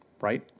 right